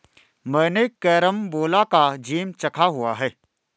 मैंने कैरमबोला का जैम चखा हुआ है